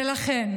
ולכן,